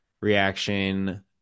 reaction